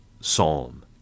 psalm